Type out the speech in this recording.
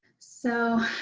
so,